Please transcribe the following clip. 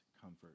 comfort